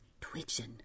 twitching